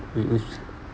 whi~ which